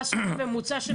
מה הסכום הממוצע של הערבות?